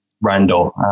Randall